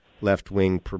left-wing